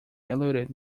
eluded